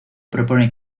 propone